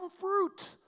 fruit